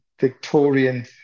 Victorian